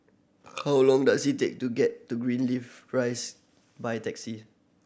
how long does it take to get to Greenleaf Rise by taxi